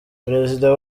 perezida